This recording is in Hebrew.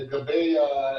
יקרה.